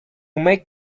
make